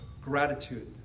gratitude